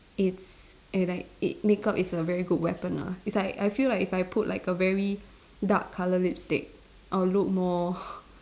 it's eh like makeup is a very good weapon ah it's like I feel like if I put like a very dark colour lipstick I'll look more